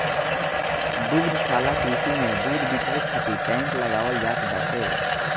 दुग्धशाला कृषि में दूध बिटोरे खातिर टैंक लगावल जात बाटे